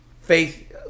Faith